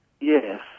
Yes